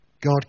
God